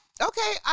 Okay